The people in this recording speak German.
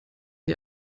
die